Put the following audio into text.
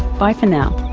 bye for now